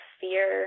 fear